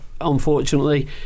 unfortunately